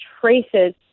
traces